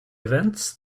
events